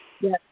Yes